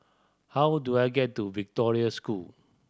how do I get to Victoria School